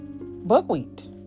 Buckwheat